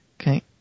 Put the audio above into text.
Okay